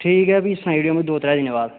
ठीक ऐ फी सनाई उड़ेओ मिगी दो त्रै दिनें बाद